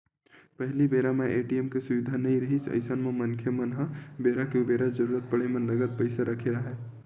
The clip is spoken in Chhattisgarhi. पहिली बेरा म ए.टी.एम के सुबिधा नइ रिहिस अइसन म मनखे मन ह बेरा के उबेरा जरुरत पड़े म नगद पइसा रखे राहय